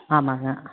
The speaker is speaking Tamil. ஆமாங்க